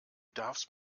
darfst